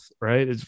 right